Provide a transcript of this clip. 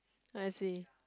as in